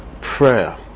prayer